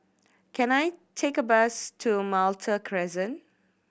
can I take a bus to Malta Crescent